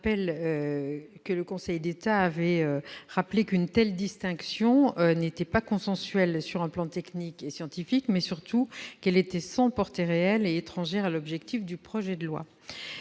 le soulignent, le Conseil d'État avait rappelé qu'une telle distinction non seulement n'était pas consensuelle sur un plan technique et scientifique, mais surtout était sans portée réelle et étrangère à l'objectif visé par le projet de loi.